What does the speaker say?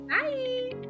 Bye